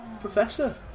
Professor